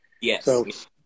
Yes